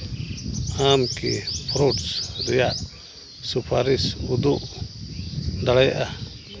ᱟᱢ ᱠᱤ ᱯᱷᱨᱩᱴᱥ ᱨᱮᱭᱟᱜ ᱥᱩᱯᱟᱨᱤᱥ ᱩᱫᱩᱜ ᱫᱟᱲᱮᱭᱟᱜᱼᱟ